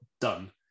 done